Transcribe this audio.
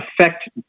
affect